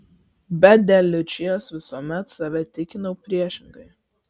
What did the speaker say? bet dėl liučijos visuomet save tikinau priešingai